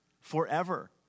forever